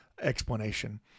explanation